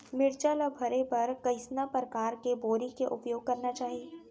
मिरचा ला भरे बर कइसना परकार के बोरी के उपयोग करना चाही?